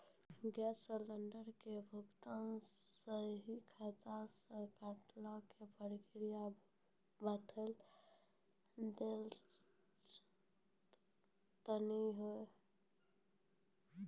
Gas cylinder के भुगतान सीधा खाता से कटावे के प्रक्रिया बता दा तनी हो?